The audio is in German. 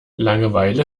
langeweile